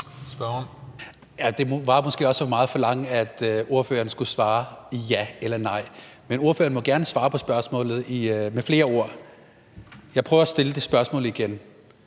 Det var måske også for meget at forlange, at ordføreren skulle svare ja eller nej. Ordføreren må gerne svare på spørgsmålet med flere ord. Jeg prøver at stille spørgsmålet igen.